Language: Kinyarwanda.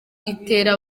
itera